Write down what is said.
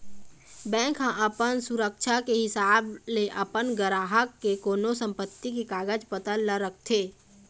bank ह अपन सुरक्छा के हिसाब ले अपन गराहक के कोनो संपत्ति के कागज पतर ल रखथे